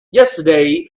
yesterday